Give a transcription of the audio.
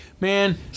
Man